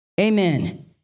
Amen